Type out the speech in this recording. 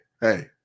hey